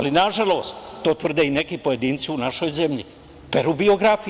Nažalost, to tvrde i neki pojedinci u našoj zemlji, peru biografije.